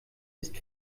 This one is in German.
ist